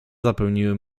zapełniły